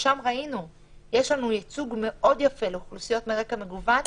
ששם ראינו שיש לנו ייצוג מאוד יפה לאוכלוסיות מרקע מגוון,